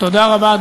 תודה רבה,